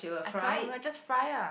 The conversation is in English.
I cannot remember just fry ah